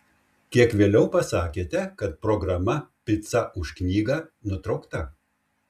kiek vėliau pasakėte kad programa pica už knygą nutraukta